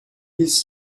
his